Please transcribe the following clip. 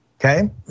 Okay